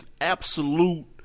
absolute